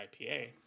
IPA